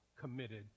committed